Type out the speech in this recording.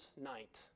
night